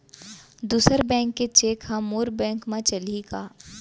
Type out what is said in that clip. दूसर बैंक के चेक ह मोर बैंक म चलही का?